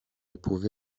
éprouvé